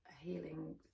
healing